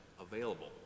available